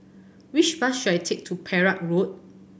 which bus should I take to Perak Road